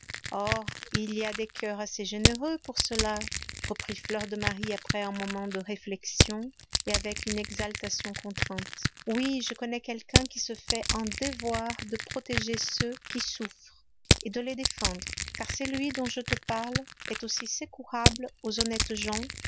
oh il y a des coeurs assez généreux pour cela reprit fleur de marie après un moment de réflexion et avec une exaltation contrainte oui je connais quelqu'un qui se fait un devoir de protéger ceux qui souffrent et de les défendre car celui dont je te parle est aussi secourable aux honnêtes gens